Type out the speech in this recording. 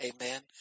Amen